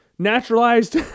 naturalized